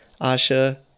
Asha